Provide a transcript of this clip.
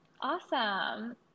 awesome